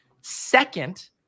Second